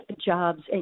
jobs